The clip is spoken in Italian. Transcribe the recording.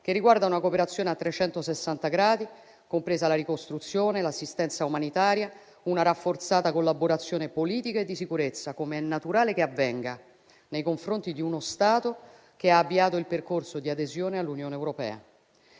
che riguarda una cooperazione a 360 gradi, compresa la ricostruzione, l'assistenza umanitaria, una rafforzata collaborazione politica e di sicurezza, come è naturale che avvenga nei confronti di uno Stato che ha avviato il percorso di adesione all'Unione europea.